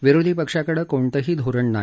विरोधी पक्षांकडे कोणतही धोरण नाही